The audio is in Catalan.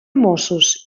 mossos